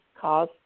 Cause